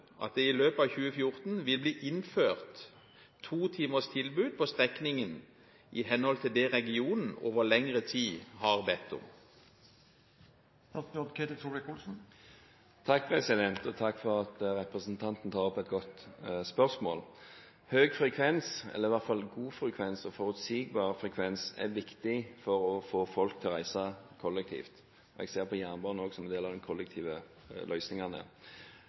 at det i løpet av 2014 vil bli innført 2-timers tilbud på strekningen i henhold til det regionen over lengre tid har bedt om?» Takk for at representanten tar opp et godt spørsmål. Høy frekvens – eller i hvert fall god frekvens og forutsigbar frekvens – er viktig for å få folk til å reise kollektivt. Jeg ser på jernbanen også som en del av de kollektive løsningene.